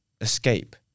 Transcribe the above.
escape